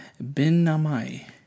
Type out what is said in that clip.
Ben-Namai